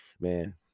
man